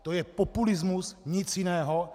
To je populismus, nic jiného.